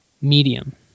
medium